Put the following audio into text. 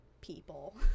people